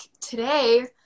today